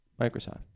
Microsoft